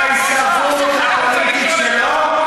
הפוליטי שלו,